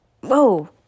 Whoa